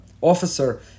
officer